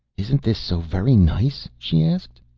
isn't this so very nice? she asked.